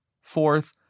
Fourth